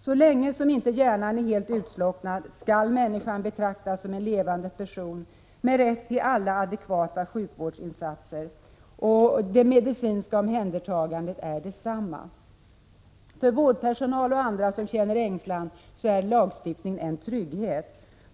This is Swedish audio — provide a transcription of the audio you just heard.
Så länge som inte hjärnan är helt utslocknad skall människan betraktas som en levande person med rätt till alla adekvata sjukvårdsinsatser, och det medicinska omhändertagandet skall vara detsamma. För vårdpersonal och för andra människor som känner ängslan är lagstiftning en trygghet.